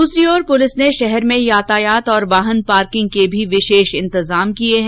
दूसरी ओर पुलिस ने शहर में यातायात और वाहन पार्किंग के भी विशेष प्रबंध किये हैं